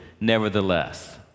nevertheless